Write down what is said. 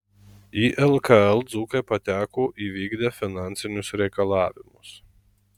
į lkl dzūkai pateko įvykdę finansinius reikalavimus